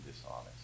dishonest